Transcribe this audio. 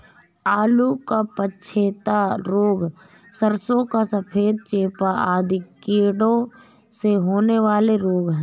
आलू का पछेता रोग, सरसों का सफेद चेपा आदि कीटों से होने वाले रोग हैं